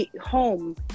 home